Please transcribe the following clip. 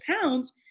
pounds